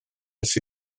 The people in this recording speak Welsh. ers